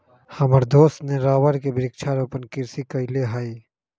हमर दोस्त ने रबर के वृक्षारोपण कृषि कईले हई